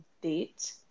date